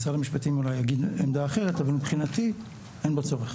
אולי משרד המשפטים יציג עמדה אחרת אבל מבחינתי אין בו צורך.